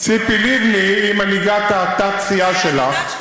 ציפי לבני היא מנהיגת התת-סיעה שלך,